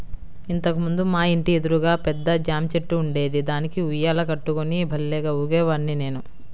ఇంతకు ముందు మా ఇంటి ఎదురుగా పెద్ద జాంచెట్టు ఉండేది, దానికి ఉయ్యాల కట్టుకుని భల్లేగా ఊగేవాడ్ని నేను